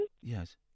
Yes